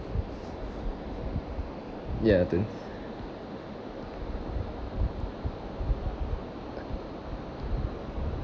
ya twenty